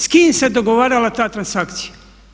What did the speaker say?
S kim se dogovarala ta transakcija?